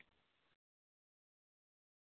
మేం ముందుక ముందుగానే బుక్ చేసుకున్నాం అందుకనే